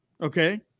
Okay